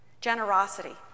generosity